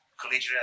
collegiate